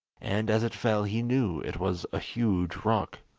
and as it fell he knew it was a huge rock.